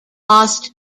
lost